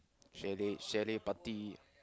chalet chalet party